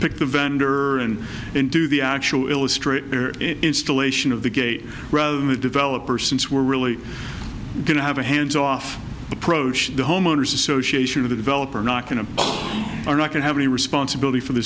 pick the vendor and then do the actual illustrate installation of the gate rather than the developer since we're really going to have a hands off approach the homeowners association of the developer not going to are not going have any responsibility for th